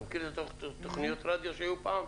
אתה מכיר את תוכניות הרדיו שהיו פעם?